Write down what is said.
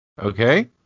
Okay